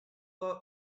our